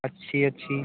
अच्छी अच्छी